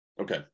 Okay